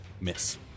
miss